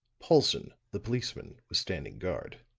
paulson, the policeman, was standing guard.